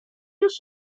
już